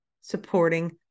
supporting